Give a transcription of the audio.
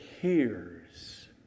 hears